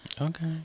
Okay